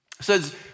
says